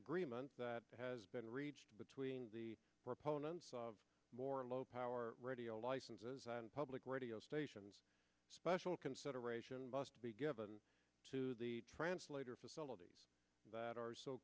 agreement that has been reached between the proponents of more low power radio licenses and public radio stations special consideration of must be given to the translator facilities that are so